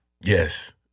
Yes